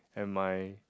and my